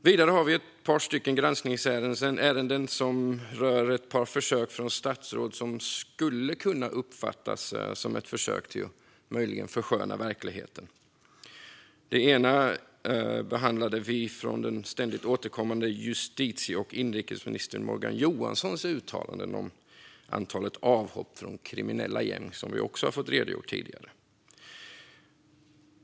Vidare har vi ett par granskningsärenden som rör uttalanden från statsråd som skulle kunna uppfattas som försök att försköna verkligheten. Det ena behandlar den ständigt återkommande justitie och inrikesminister Morgan Johanssons uttalanden om antalet avhopp från kriminella gäng, som vi också fått redogjort för oss tidigare.